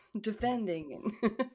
defending